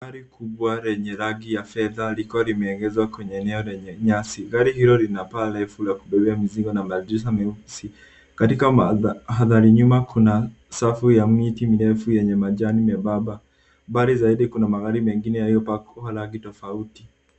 Gari kubwa lenye rangi ya fedha liko limeegezwa kwenye eneo lenye nyasi. Gari hilo linapaa refu ya kubebea mizigo na madirisha meusi. Katika mandhari nyuma kuna safu ya miti ndefu yenye majani nyembamba. Mbali zaidi kuna magari mengine yalipakwa rangi tofauti.